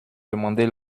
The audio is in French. demander